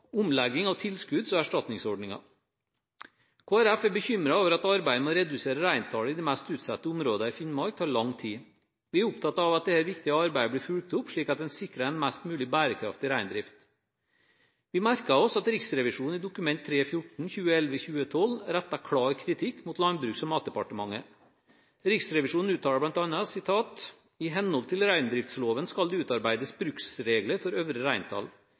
omlegging av tilskudds- og erstatningsordninger. Kristelig Folkeparti er bekymret over at arbeidet med å redusere reintallet i de mest utsatte områdene i Finnmark tar lang tid. Vi er opptatt av at dette viktige arbeidet blir fulgt opp, slik at en sikrer en mest mulig bærekraftig reindrift. Vi merker oss at Riksrevisjonen i Dokument 3:14 for 2011–2012 retter klar kritikk mot Landbruks- og matdepartementet. Riksrevisjonen uttaler bl.a.: «I henhold til reindriftsloven skal det utarbeides bruksregler med øvre reintall. Bruksregler er en forutsetning for at bestemmelser om øvre reintall